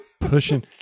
pushing